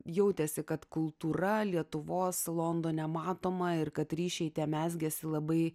jautėsi kad kultūra lietuvos londone matoma ir kad ryšiai tie mezgėsi labai